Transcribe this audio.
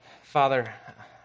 Father